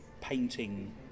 painting